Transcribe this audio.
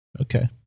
Okay